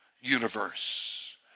universe